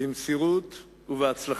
במסירות ובהצלחה.